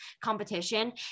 competition